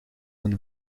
een